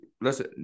listen